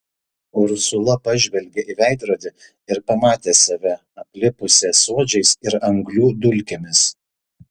ursula pažvelgė į veidrodį ir pamatė save aplipusią suodžiais ir anglių dulkėmis